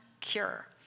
cure